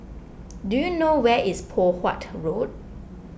do you know where is Poh Huat Road